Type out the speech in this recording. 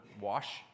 wash